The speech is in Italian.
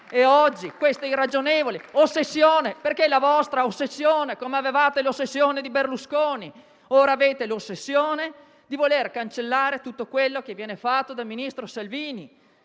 oggi una irragionevole ossessione, perché la vostra è un'ossessione: come avevate l'ossessione di Berlusconi, ora avete l'ossessione di voler cancellare tutto quello che è stato fatto dal ministro Salvini.